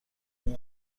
اون